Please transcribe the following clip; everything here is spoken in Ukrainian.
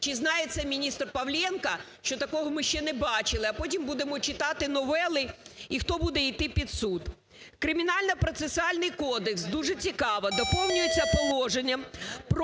Чи знає це міністр Петренко, що такого ми ще не бачили, а потім будемо читати новели, і хто буде йти під суд. Кримінально-процесуальний кодекс – дуже цікаво – доповнюється положенням